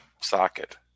socket